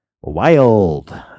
wild